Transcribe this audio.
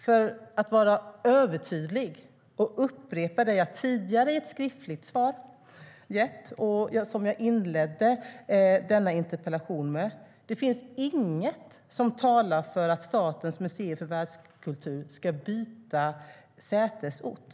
Låt mig vara övertydlig och upprepa det jag tidigare i ett skriftligt svar sagt och som jag också inledde denna interpellationsdebatt med: Det finns inget som talar för att Statens museer för världskultur ska byta sätesort.